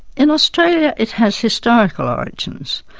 in australia it has historical origins.